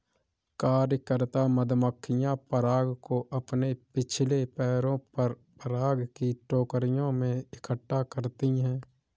कार्यकर्ता मधुमक्खियां पराग को अपने पिछले पैरों पर पराग की टोकरियों में इकट्ठा करती हैं